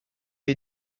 est